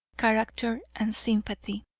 character and sympathy.